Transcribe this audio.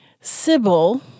Sybil